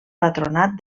patronat